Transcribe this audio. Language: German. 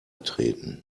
treten